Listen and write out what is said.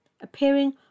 appearing